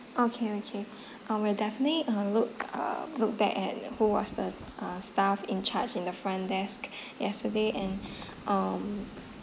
okay okay uh we'll definitely uh look uh look back at who was the uh staff in charge in the front desk yesterday and um